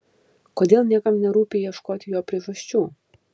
kodėl niekam nerūpi ieškoti jo priežasčių